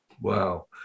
Wow